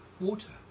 Water